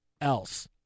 else